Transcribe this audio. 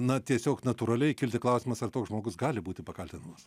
na tiesiog natūraliai kilti klausimas ar toks žmogus gali būti pakaltinamas